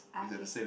ah k